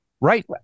right